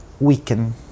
weaken